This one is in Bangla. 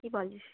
কী বলিস